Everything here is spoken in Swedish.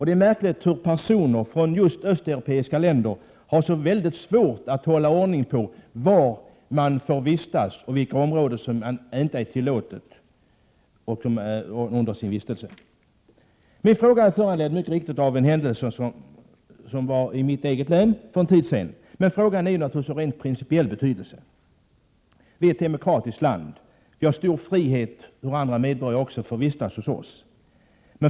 Det är märkligt hur personer från just östeuropeiska länder under sin vistelse här har så svårt att hålla ordning på var man får vistas och på vilka områden det inte är tillåtet. Min fråga föranleddes mycket riktigt av en händelse i mitt eget län för en tid sedan, men frågan har naturligtvis rent principiell betydelse. Sverige är ett demokratiskt land, vi har stor frihet, och andra medborgare får också vistas hos oss.